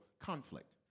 conflict